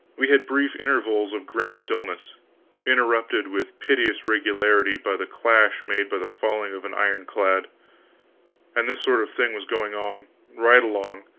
we had brief intervals of grim stillness interrupted with piteous regularity by the clash made by the falling of an iron-clad and this sort of thing was going on, right along,